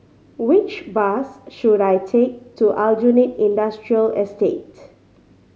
which bus should I take to Aljunied Industrial Estate